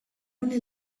only